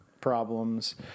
problems